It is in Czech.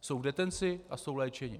Jsou v detenci a jsou léčeni.